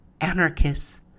Anarchist